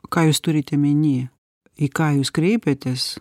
ką jūs turit omeny į ką jūs kreipiatės